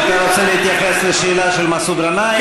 אתה רוצה להתייחס לשאלה של מסעוד גנאים?